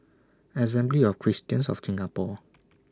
Assembly of Christians of Singapore